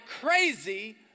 crazy